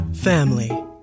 family